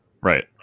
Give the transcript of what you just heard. Right